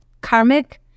karmic